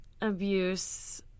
abuse